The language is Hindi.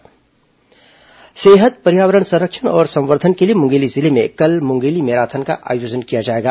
मुंगेली मैराथन सेहत पर्यावरण संरक्षण और संवर्धन के लिए मुंगेली जिले में कल मुंगेली मैराथन का आयोजन किया जाएगा